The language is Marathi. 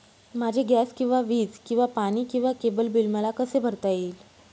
माझे गॅस किंवा वीज किंवा पाणी किंवा केबल बिल मला कसे भरता येईल?